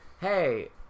hey